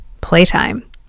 playtime